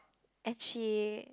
actually